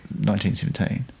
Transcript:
1917